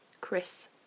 chris